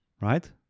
right